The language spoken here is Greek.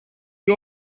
και